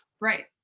Right